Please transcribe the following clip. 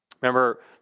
Remember